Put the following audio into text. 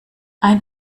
ein